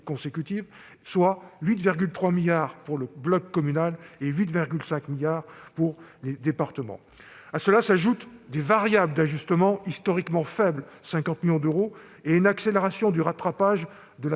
consécutive, soit 8,3 milliards pour le bloc communal et 8,5 milliards pour les départements. À cela s'ajoutent des variables d'ajustement historiquement faibles de 50 millions d'euros et une accélération du rattrapage de la